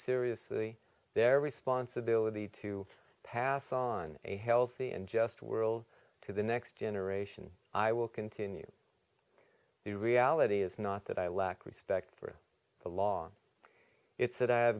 seriously their responsibility to pass on a healthy and just world to the next generation i will continue the reality is not that i lack respect for the law it's that